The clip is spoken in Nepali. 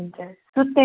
हुन्छ